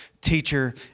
teacher